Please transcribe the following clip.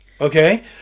Okay